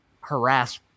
harass